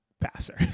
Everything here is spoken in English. passer